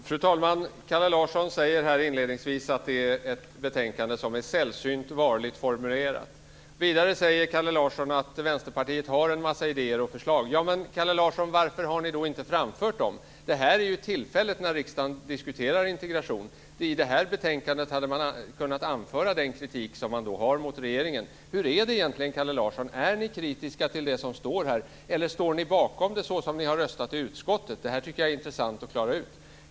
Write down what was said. Fru talman! Kalle Larsson säger inledningsvis att betänkandet är sällsynt varligt formulerat. Vidare säger han att Vänsterpartiet har en massa idéer och förslag. Men, Kalle Larsson, varför har ni då inte framfört dem? I det här betänkandet hade man kunnat anföra den kritik som man har mot regeringen. Hur är det egentligen, Kalle Larsson, är ni kritiska till det som står här? Eller står ni bakom det, såsom ni har röstat i utskottet? Det vore intressant att klara ut.